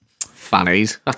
Fannies